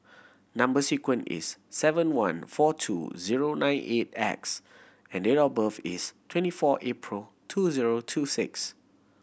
number sequence is seven one four two zero nine eight X and date of birth is twenty four April two zero two six